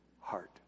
heart